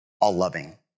all-loving